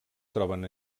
troben